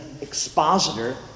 expositor